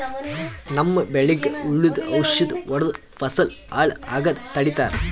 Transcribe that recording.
ನಮ್ಮ್ ಬೆಳಿಗ್ ಹುಳುದ್ ಔಷಧ್ ಹೊಡ್ದು ಫಸಲ್ ಹಾಳ್ ಆಗಾದ್ ತಡಿತಾರ್